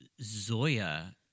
Zoya